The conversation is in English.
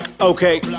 Okay